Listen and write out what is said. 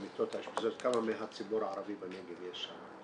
מהמיטות באשפוזיות כמה מהציבור הערבי בנגב יש שם?